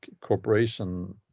corporation